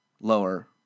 lower